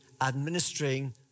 administering